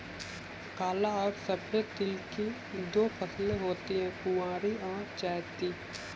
काला और सफेद तिल की दो फसलें होती है कुवारी और चैती